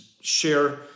share